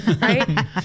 right